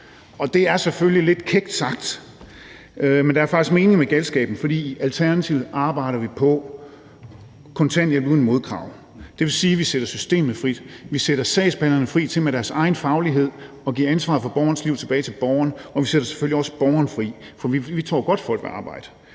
og det er selvfølgelig lidt kækt sagt, men der er faktisk mening med galskaben, for i Alternativet arbejder vi på at etablere kontanthjælp uden modkrav, og det vil sige, at vi sætter systemet frit, vi sætter sagsbehandlerne fri til med deres egen faglighed at give ansvaret for borgerens liv tilbage til borgeren, og vi sætter selvfølgelig også borgeren fri, for vi tror, at folk godt vil arbejde.